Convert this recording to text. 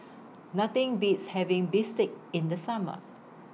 Nothing Beats having Bistake in The Summer